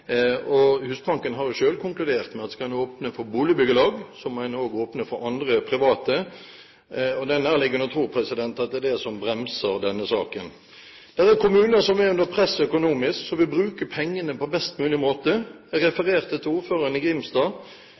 Husbanken har jo selv konkludert med at skal man åpne for boligbyggelag, må man også åpne for andre private. Det er nærliggende å tro at det er det som bremser denne saken. Det er kommuner som er under press økonomisk, som vil bruke pengene på best mulig måte. Jeg refererte til ordføreren i Grimstad.